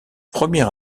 premier